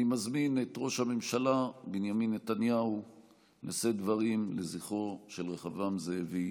אני מזמין את ראש הממשלה בנימין נתניהו לשאת דברים לזכרו של רחבעם זאבי,